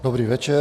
Dobrý večer.